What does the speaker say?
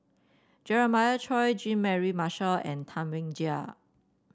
Jeremiah Choy Jean Mary Marshall and Tam Wai Jia